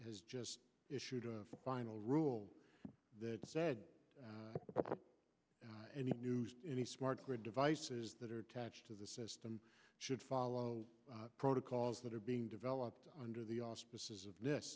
just issued a final rule that said any news any smart grid devices that are attached to the system should follow protocols that are being developed under the auspices of this